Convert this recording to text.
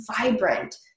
vibrant